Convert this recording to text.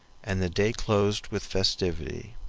and the day closed with festivity.